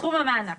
סכום המענק